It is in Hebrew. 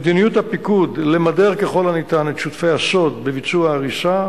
מדיניות הפיקוד היא למדר ככל שניתן את שותפי הסוד בביצוע ההריסה,